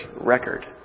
record